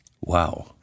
Wow